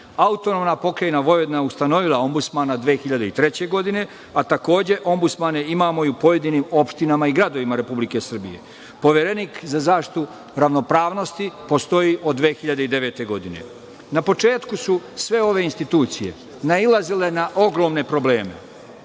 Autonomna pokrajina Vojvodina je ustanovila Ombudsmana 2003. godine, a takođe Ombudsmane imamo i u pojedinim opštinama i gradovima Republike Srbije. Poverenik za zaštitu ravnopravnosti postoji od 2009. godine. Na početku su sve ove institucije nailazile na ogromne probleme,